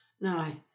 No